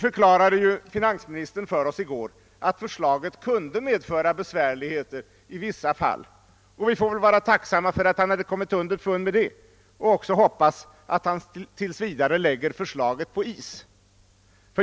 Finansministern förklarade i går för oss att förslaget i vissa fall kunde medföra besvärligheter, och vi får väl vara tacksamma för att han hade kommit underfund härmed och även hoppas att han tills vidare lägger förslaget på is.